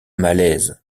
malaise